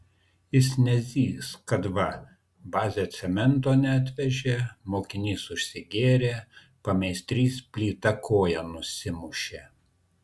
jis nezys kad va bazė cemento neatvežė mokinys užgėrė pameistrys plyta koją nusimušė